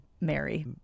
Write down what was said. Mary